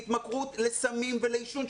להתמכרות לסמים ולעישון,